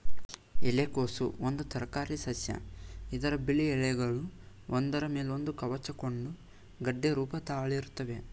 ಎಲೆಕೋಸು ಒಂದು ತರಕಾರಿಸಸ್ಯ ಇದ್ರ ಬಿಳಿ ಎಲೆಗಳು ಒಂದ್ರ ಮೇಲೊಂದು ಕವುಚಿಕೊಂಡು ಗೆಡ್ಡೆ ರೂಪ ತಾಳಿರ್ತವೆ